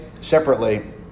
separately